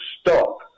stop